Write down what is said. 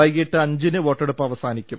വൈകിട്ട് അഞ്ചിന് വോട്ടെടുപ്പ് അവസാനിക്കും